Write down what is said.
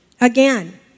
Again